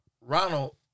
Ronald